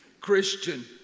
Christian